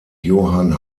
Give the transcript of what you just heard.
johann